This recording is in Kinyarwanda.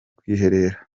kwiherera